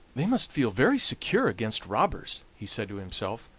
they must feel very secure against robbers, he said to himself.